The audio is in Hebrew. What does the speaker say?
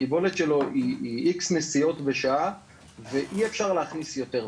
הקיבולת שלו היא X נסיעות בשעה ואי אפשר להכניס יותר,